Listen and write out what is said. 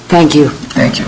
thank you thank you